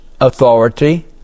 authority